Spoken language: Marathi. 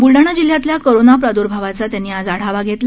ब्लडाणा जिल्ह्यातल्या कोरोना प्राद्र्भावाचा त्यांनी आज आढावा घेतला